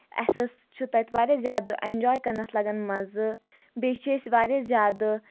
اَسہِ ٲس چھُ تَتہِ واریاہ زیادٕ اؠنجاے کَرنَس لگان مَزٕ بیٚیہِ چھِ أسۍ واریاہ زیادٕ